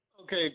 Okay